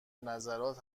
نظارت